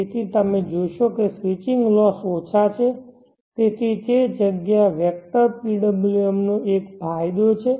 તેથી તમે જોશો કે સ્વિચિંગ લોસ ઓછા છે તેથી તે જગ્યા વેક્ટર PWM નો એક ફાયદો છે